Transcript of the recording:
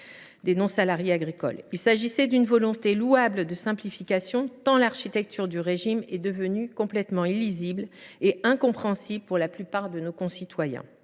des non salariés agricoles. Il s’agissait d’une volonté louable de simplification, tant l’architecture du régime est devenue illisible et incompréhensible pour la plupart de nos concitoyens.